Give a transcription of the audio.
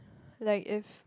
like if